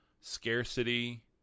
scarcity